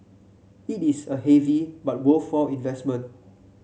it is a heavy but worthwhile investment